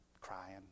crying